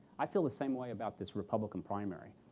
i feel the same way about this republican primary.